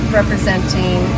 representing